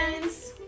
friends